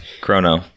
chrono